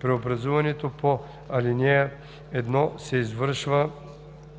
Преобразуването по ал. 1 се извършва